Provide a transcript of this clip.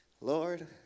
Lord